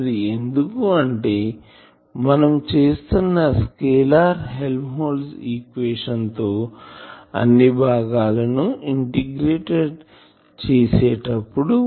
అది ఎందుకు అంటే మనం చేస్తున్న స్కేలార్ హెల్మ్హోల్ట్జ్ ఈక్వేషన్ తో అన్ని భాగాలను ఇంటిగ్రేట్ చేసేటప్పుడు